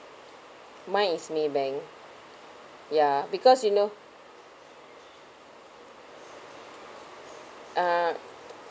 mine is maybank ya because you know uh